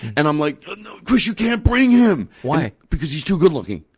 and i'm like, chris, you can't bring him. why? because he's too good-looking.